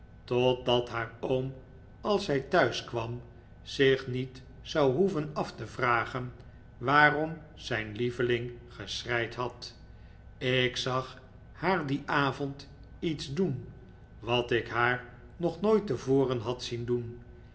opdat haar oom als zij thuis kwam zich niet zou hoeven af te vragen waarom zijn lieveling geschreid had ik zag haar dien avond lets doen wat ik haar nog nooit tevoren had zien doen